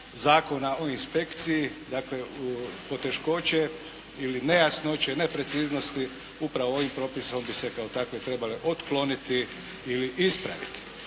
Zakona o inspekciji, dakle poteškoće ili nejasnoće, nepreciznosti, upravo ovim propisom bi se kao takve trebale otkloniti ili ispraviti.